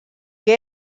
que